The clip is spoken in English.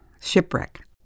Shipwreck